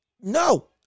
no